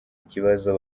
kibazo